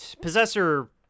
Possessor